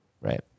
right